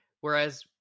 Whereas